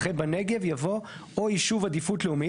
אחרי "בנגב" יבוא "או יישוב עדיפות לאומית",